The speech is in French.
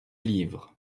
livres